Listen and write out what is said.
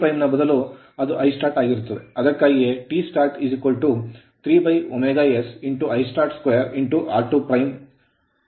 I2 ನ ಬದಲು ಅದು Istart ಆಗಿರುತ್ತದೆ ಅದಕ್ಕಾಗಿಯೇ Tstart 3sIstart2r2 ಇದು ಸಮೀಕರಣ 44